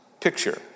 picture